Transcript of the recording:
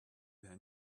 their